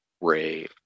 Ray